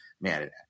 man